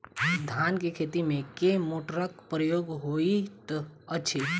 धान केँ खेती मे केँ मोटरक प्रयोग होइत अछि?